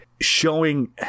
showing